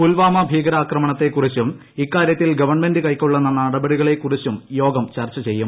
പുൽവാമ ഭീകരാക്രമണത്തെക്കുറിച്ചും ഇക്കാര്യത്തിൽ ഗവൺമെന്റ് കൈക്കൊള്ളുന്ന നടപടികളെക്കുറിച്ചും യോഗം ചർച്ച ചെയ്യും